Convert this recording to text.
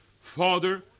father